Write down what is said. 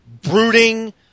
brooding